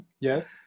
Yes